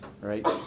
right